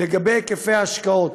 לגבי היקף ההשקעות,